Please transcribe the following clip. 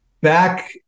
back